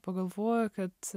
pagalvojau kad